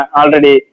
already